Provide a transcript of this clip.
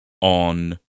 on